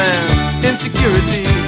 Insecurity